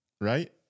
right